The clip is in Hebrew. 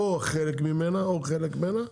או חלק ממנה או חלק ממנה.